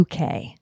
UK